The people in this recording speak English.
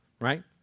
right